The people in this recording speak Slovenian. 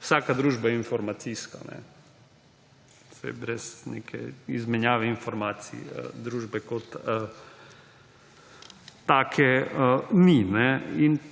Vsaka družba je informacijska, saj brez neke izmenjave informacij družbe kot take ni.